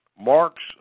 Mark's